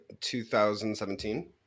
2017